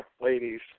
ladies